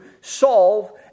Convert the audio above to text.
solve